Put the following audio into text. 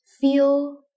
Feel